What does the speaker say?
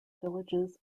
villages